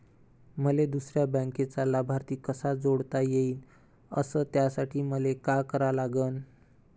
मले दुसऱ्या बँकेचा लाभार्थी कसा जोडता येईन, अस त्यासाठी मले का करा लागन?